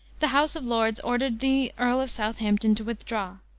the house of lords ordered the earl of southampton to withdraw,